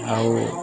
ଆଉ